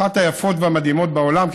אחת היפות והמדהימות בעולם,